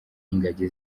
ingagi